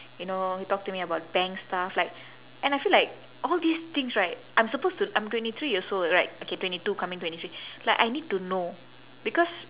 you know he talk to me about bank stuff like and I feel like all these things right I'm supposed to I'm twenty three years old right okay twenty two coming twenty three like I need to know because